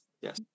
Yes